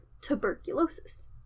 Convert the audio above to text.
tuberculosis